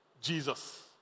Jesus